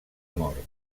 mort